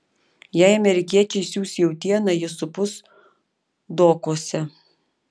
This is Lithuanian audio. jei amerikiečiai siųs jautieną ji supus dokuose